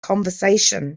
conversation